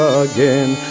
again